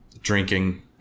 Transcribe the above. drinking